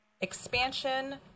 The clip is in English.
expansion